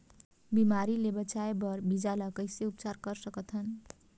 बिमारी ले बचाय बर बीजा ल कइसे उपचार कर सकत हन?